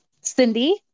Cindy